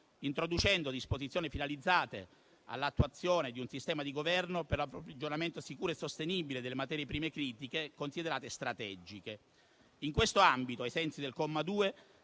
introducendo disposizioni finalizzate all'attuazione di un sistema di governo per l'approvvigionamento sicuro e sostenibile delle materie prime critiche considerate strategiche. In questo ambito, ai sensi del comma 2,